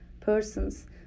persons